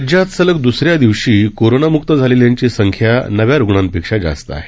राज्यात सलग दुसऱ्या दिवशी कोरोनामुक्त झालेल्यांची संख्या नव्या रुग्णांपेक्षा जास्त आहे